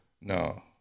No